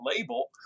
label